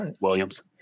Williams